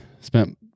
Spent